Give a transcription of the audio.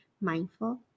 mindful